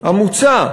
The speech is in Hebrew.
המוצע